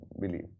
believe